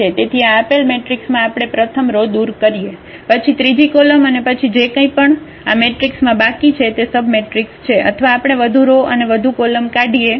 તેથી આ આપેલ મેટ્રિક્સમાં આપણે પ્રથમ રો દૂર કરીએ પછી ત્રીજી કોલમ અને પછી જે કંઈપણ આ મેટ્રિક્સમાં બાકી છે તે સબમટ્રિક્સ છે અથવા આપણે વધુ રો અને વધુ કોલમ કાઢીએ